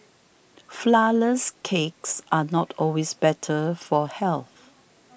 Flourless Cakes are not always better for health